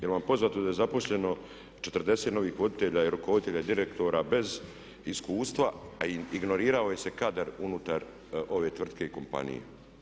Jel' vam poznato da je zaposleno 40 novih voditelja i rukovoditelja i direktora bez iskustva, a ignorirao se kadar unutar ove tvrtke i kompanije?